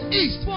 east